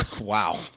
Wow